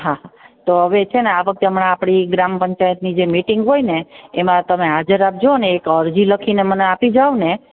હાં તો આવે આ વખતે હમણાં આપણી ગ્રામ પંચાયતની જે મિટિંગ હોયને એમાં તમે હાજર આપજો અને એક અરજી લખીને મને આપી જાઓને